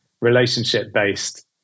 relationship-based